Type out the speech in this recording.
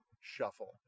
shuffle